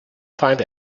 find